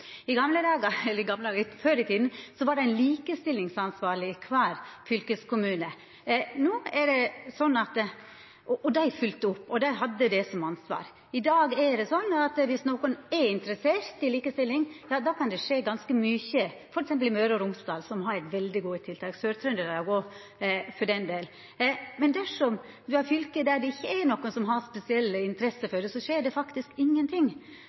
Før i tida var det ein likestillingsansvarleg i kvar fylkeskommune, og dei følgde opp og hadde det som ansvar. I dag er det sånn at dersom nokon er interessert i likestilling, kan det skje ganske mykje, f.eks. i Møre og Romsdal, som har veldig gode tiltak – Sør-Trøndelag òg, for den del. Men dersom det er fylke der det ikkje er nokon som har spesiell interesse for det, skjer det faktisk